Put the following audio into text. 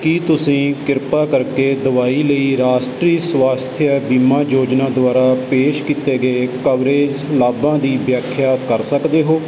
ਕੀ ਤੁਸੀਂ ਕਿਰਪਾ ਕਰਕੇ ਦਵਾਈ ਲਈ ਰਾਸ਼ਟਰੀ ਸਵਾਸਥਯ ਬੀਮਾ ਯੋਜਨਾ ਦੁਆਰਾ ਪੇਸ਼ ਕੀਤੇ ਗਏ ਕਵਰੇਜ ਲਾਭਾਂ ਦੀ ਵਿਆਖਿਆ ਕਰ ਸਕਦੇ ਹੋ